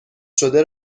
شده